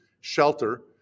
Shelter